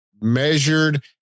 measured